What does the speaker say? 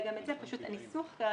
סעיף 17. רגע.